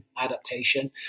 adaptation